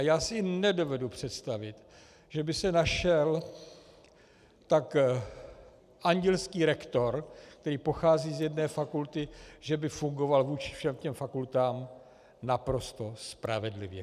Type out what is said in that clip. Já si nedovedu představit, že by se našel tak andělský rektor, který pochází z jedné fakulty, že by fungoval vůči všem těm fakultám naprosto spravedlivě.